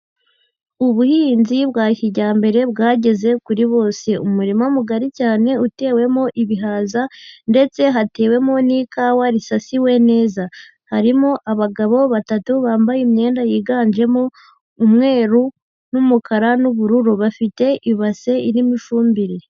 Ubuhinzi bwa kijyambere bwageze kuri bose, umurima mugari cyane utewemo ibihaza, ndetse hatewemo n'ikawa risasiwe neza. Harimo abagabo batatu bambaye imyenda yiganjemo umweru n'umukara n'ubururu, bafite ibase irimo ifumbire.